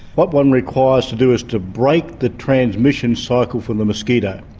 what one requires to do is to break the transmission cycle for the mosquito.